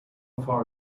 far